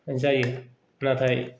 जायो नाथाय